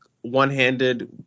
one-handed